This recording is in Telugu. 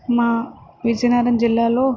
మా విజయనగరం జిల్లాలో